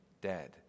dead